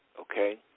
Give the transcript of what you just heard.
okay